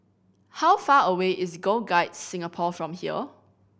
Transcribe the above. how far away is Girl Guides Singapore from here